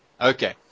Okay